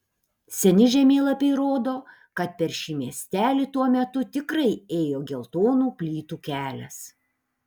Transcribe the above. seni žemėlapiai rodo kad per šį miestelį tuo metu tikrai ėjo geltonų plytų kelias